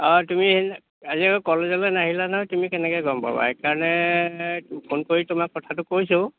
তুমি হেৰি নহয় আজি আকৌ কলেজলৈ নাহিলা নহয় তুমি কেনেকৈ গম পাবা সেইকাৰণে ফোন কৰি তোমাক কথাটো কৈছোঁ